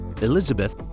Elizabeth